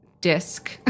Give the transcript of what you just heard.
Disc